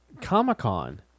Comic-Con